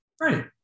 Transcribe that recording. Right